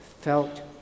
felt